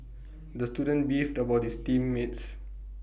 the student beefed about his team mates